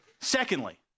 secondly